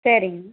சரிங்க